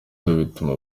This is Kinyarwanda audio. bituma